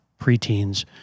preteens